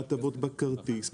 בהטבות בכרטיס,